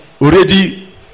already